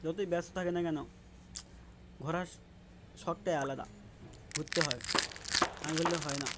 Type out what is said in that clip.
যতই ব্যস্ত থাকে না কেন ঘোরার শ শখটাই আলাদা ঘুরতে হয় না করলে হয় না